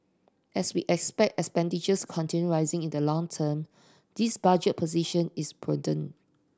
as we expect expenditures continue rising in the long term this budget position is prudent